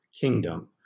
kingdom